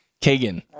Kagan